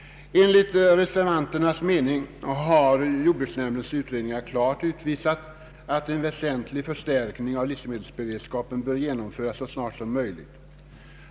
Enligt reservanternas mening har jordbruksnämndens utredningar klart utvisat att en väsentlig förstärkning av livsmedelsberedskapen bör genomföras så snart som möjligt.